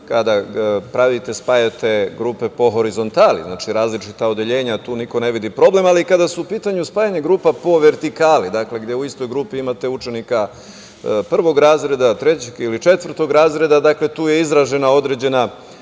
kada pravite, spajate grupe po horizontali, različita odeljenja, tu niko ne vidi problem, ali kada je u pitanju spajanje grupa po vertikali, dakle, gde u istoj grupi imate učenika prvog razreda, trećeg ili četvrtog razreda, tu je izražena određena